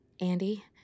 Andy